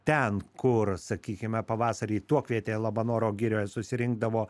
ten kur sakykime pavasarį tuokvietėje labanoro girioje susirinkdavo